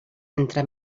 entre